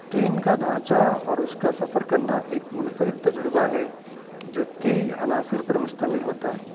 train کا ڈھانچہ اور اس کا سفر کرنا ایک منفرد تجربہ ہے جو کئی عناصر پر مشتمل ہوتا ہے